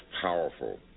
powerful